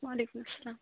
وعلیکُم سلام